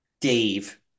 Dave